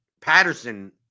Patterson